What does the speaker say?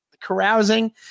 Carousing